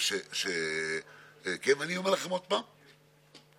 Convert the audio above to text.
קיימות דוגמאות רבות לכך שהמדינה יכולה להתגאות בצעירים המוכשרים,